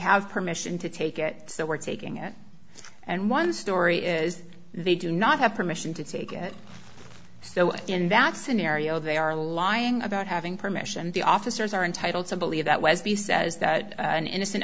have permission to take it so we're taking it and one story is they do not have permission to take it so in that scenario they are lying about having permission the officers are entitled to believe that was b says that an innocent